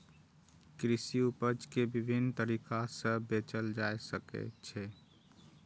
कृषि उपज कें विभिन्न तरीका सं बेचल जा सकै छै